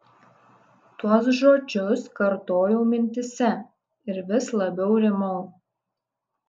tuos žodžius kartojau mintyse ir vis labiau rimau